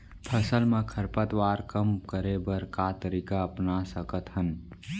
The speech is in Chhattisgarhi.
फसल मा खरपतवार कम करे बर का तरीका अपना सकत हन?